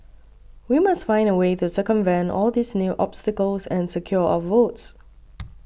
we must find a way to circumvent all these new obstacles and secure our votes